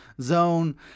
zone